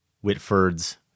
Whitford's